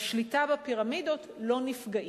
השליטה בפירמידות, לא נפגעים.